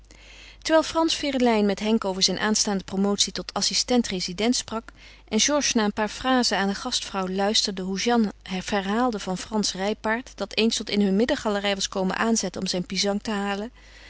terwijl frans ferelijn met henk over zijn aanstaande promotie tot assistent-rezident sprak en georges na een paar frazen aan de gastvrouw luisterde hoe jeanne verhaalde van frans rijpaard dat eens tot in hun middengalerij was komen aanzetten om zijn pisang te halen